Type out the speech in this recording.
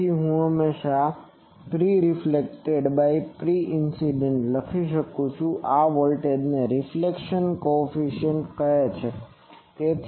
તેથી હું હંમેશાં Preflected બાય Pincident લખી શકું છું આ વોલ્ટેજ રિફ્લેક્શન કોએફીસિયન્ટ છે